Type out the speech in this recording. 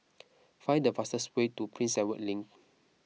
find the fastest way to Prince Edward Link